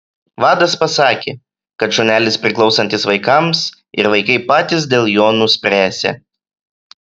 vadas pasakė kad šunelis priklausantis vaikams ir vaikai patys dėl jo nuspręsią